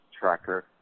tracker